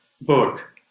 book